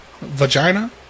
Vagina